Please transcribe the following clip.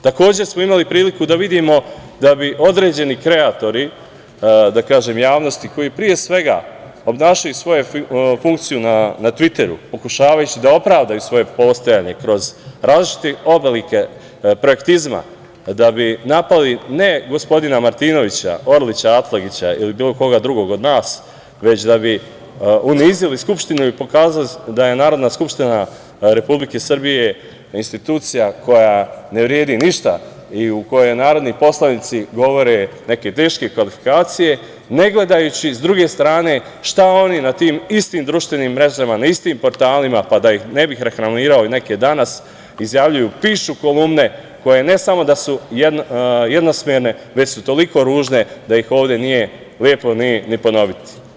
Imali smo priliku da vidimo da bi određeni kreatori javnosti koji pre svega obnašaju svoju funkciju na Tviteru pokušavajući da opravdaju svoje postojanje kroz različite oblike projektizma da bi napali ne gospodina Martinovića, Orlića, Atlagića ili bilo koga drugog od nas, već da bi unizili Skupštinu i pokazali da je Narodna skupština Republike Srbije institucija koja ne vredi ništa i u kojoj narodni poslanici govore neke teške kvalifikacije, ne gledajući sa druge strane šta oni na tim istim društvenim mrežama, na tim istim portalima, da ih ne reklamirao, i neki danas pišu kolumne, ne samo da su jednosmerne, već su toliko ružne da ih ovde nije lepo ni ponoviti.